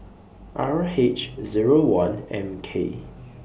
R H Zero one M K